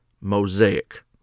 mosaic